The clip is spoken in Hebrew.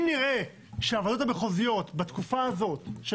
אם נראה שהוועדות המחוזיות בתקופה הזאת של